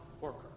worker